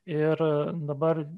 ir dabar